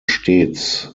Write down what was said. stets